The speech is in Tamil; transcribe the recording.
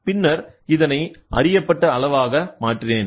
பின்னர் இதனை அறியப்பட்ட அளவாக மாற்றினேன்